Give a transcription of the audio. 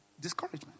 discouragement